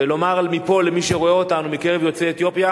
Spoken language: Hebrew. ולומר מפה למי שרואה אותנו מקרב יוצאי אתיופיה: